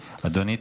אדוני,